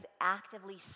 actively